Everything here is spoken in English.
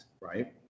right